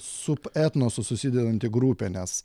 su etnosu susidedanti grupė nes